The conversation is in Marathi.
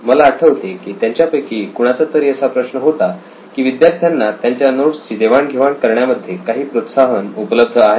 मला आठवते की त्यांच्यापैकी कुणाचा तरी असा प्रश्न होता की विद्यार्थ्यांना त्यांच्या नोट्सची देवाण घेवाण करण्यामध्ये काही प्रोत्साहन उपलब्ध आहे का